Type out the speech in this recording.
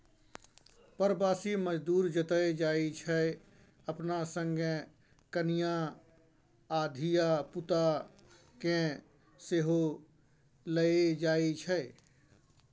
प्रबासी मजदूर जतय जाइ छै अपना संगे कनियाँ आ धिया पुता केँ सेहो लए जाइ छै